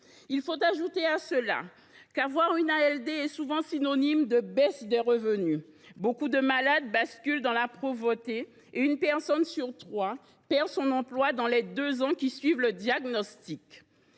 Il faut ajouter à cela qu’une ALD est souvent synonyme de baisse des revenus. Beaucoup de malades basculent dans la pauvreté et une personne sur trois perd son emploi dans les deux ans qui suivent le diagnostic.